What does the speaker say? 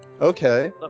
Okay